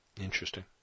Interesting